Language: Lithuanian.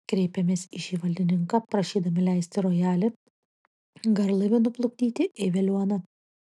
kreipėmės į šį valdininką prašydami leisti rojalį garlaiviu nuplukdyti į veliuoną